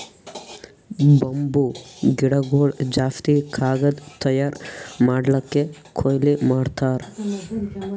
bamboo ಗಿಡಗೊಳ್ ಜಾಸ್ತಿ ಕಾಗದ್ ತಯಾರ್ ಮಾಡ್ಲಕ್ಕೆ ಕೊಯ್ಲಿ ಮಾಡ್ತಾರ್